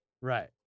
Right